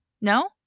no